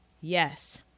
Yes